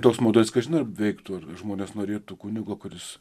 toks modelis kažin ar veiktų ar žmonės norėtų kunigo kuris